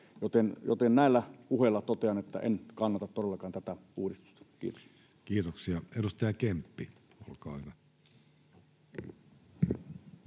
näillä puheilla totean, että en kannata todellakaan tätä uudistusta. — Kiitos. Kiitoksia. — Edustaja Kemppi, olkaa hyvä.